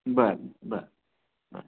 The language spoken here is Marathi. बरं बरं हां